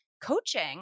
coaching